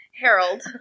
Harold